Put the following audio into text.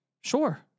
Sure